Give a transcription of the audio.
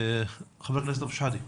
חבר הכנסת אבו שחאדה.